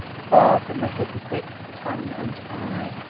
far from the hypocrite's tongue and eye,